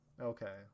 Okay